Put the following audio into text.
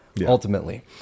ultimately